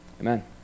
Amen